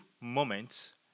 moments